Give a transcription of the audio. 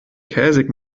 käsig